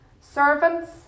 Servants